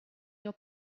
your